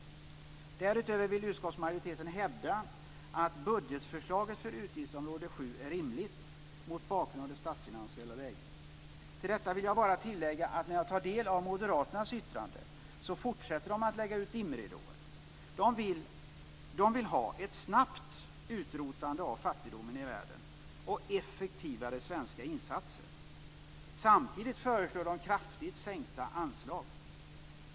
Därutöver vill utskottsmajoriteten hävda att budgetförslaget för utgiftsområde 7 är rimligt mot bakgrund av det statsfinansiella läget. Till detta vill jag bara tillägga att när jag tar del av Moderaternas yttrande fortsätter de att lägga ut dimridåer. De vill ha ett snabbt utrotande av fattigdomen i världen och effektivare svenska insatser. Samtidigt föreslår de kraftigt sänkta anslag.